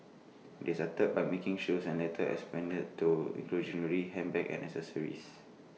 they started by making shoes and later expanded to include jewellery handbags and accessories